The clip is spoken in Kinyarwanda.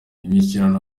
imishyikirano